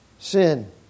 Sin